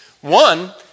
One